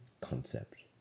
concept